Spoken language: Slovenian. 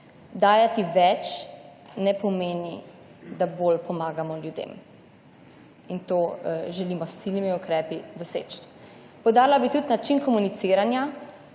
Dajati več ne pomeni, da bolj pomagamo ljudem. In to želimo s ciljnimi ukrepi doseči. Podala bi tudi način komuniciranja,